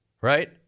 right